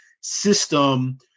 system